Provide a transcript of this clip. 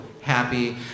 happy